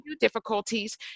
difficulties